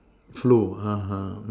flow (uh huh)